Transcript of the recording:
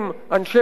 אנשי מג"ב,